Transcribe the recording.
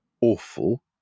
awful